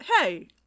hey